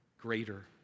greater